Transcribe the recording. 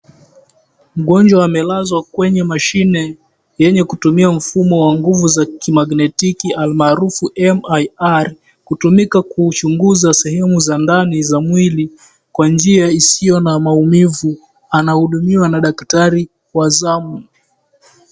Mgonjwa amelazwa kwenye mashine yenye kutumia mfumo wa nguvu za ki magnetiki almarufu MRI, kutumika kuchunguza sehemu za ndani za mwili kwa njia isio na maumivu anahudumiwa na dakitari wa zamu.